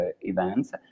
events